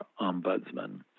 Ombudsman